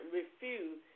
refuse